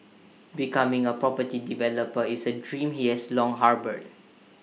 becoming A property developer is A dream he has long harboured